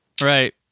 Right